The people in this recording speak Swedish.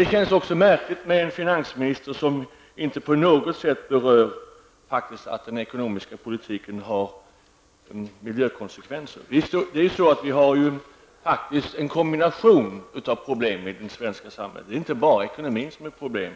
Det känns också märkligt att finansministern inte på något sätt berör det faktum att den ekonomiska politiken har miljökonsekvenser. Vi har faktiskt en kombination av problem i det svenska samhället. Det är inte bara ekonomin som är problem.